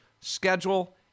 schedule